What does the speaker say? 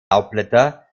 laubblätter